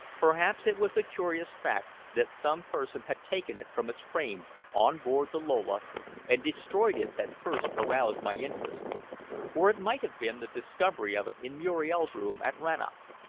perhaps it was the curious fact that some person had taken it from its frame on board the lola and destroyed it that first aroused my interest or it might have been the discovery of it in muriel's room at rannoch.